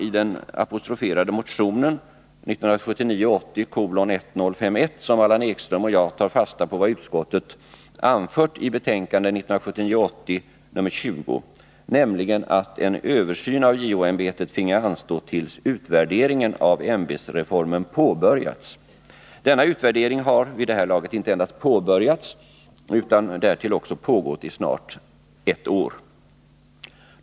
I den apostroferade motionen 1979 80:20, nämligen att en översyn av JO-ämbetet finge anstå tills utvärderingen av ämbetsreformen påbörjats. Denna utvärdering har vid det här laget inte endast påbörjats utan därtill pågått i snart ett år.